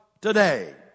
today